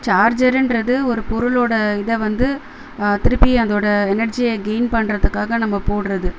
சார்ஜருன்றது ஒரு பொருளோட இதை வந்து திருப்பி அதோடய எனெர்ஜியை கெயின் பண்ணுறதுக்காக நம்ம போடுறது